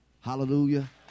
Hallelujah